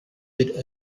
with